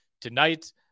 tonight